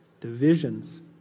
divisions